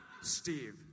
Steve